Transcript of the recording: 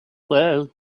world